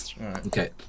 okay